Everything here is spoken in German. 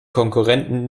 konkurrenten